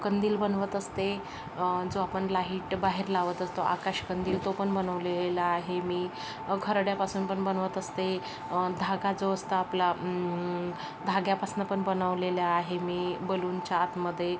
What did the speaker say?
कंदील बनवत असते जो आपण लाहीट बाहेर लावत असतो आकाशकंदील तो पण बनवलेला आहे मी खर्ड्यापासून पण बनवत असते धागा जो असतो आपला धाग्यापासून पण बनवलेल्या आहे मी बलूनच्या आतमध्ये